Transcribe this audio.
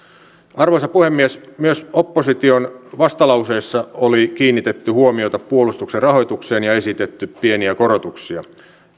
arvoisa puhemies myös opposition vastalauseessa oli kiinnitetty huomiota puolustuksen rahoitukseen ja esitetty pieniä korotuksia